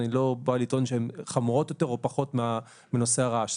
אני לא בא לטעון שהן חמורות יותר או פחות מנושא הרעש.